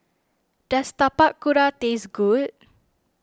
does Tapak Kuda taste good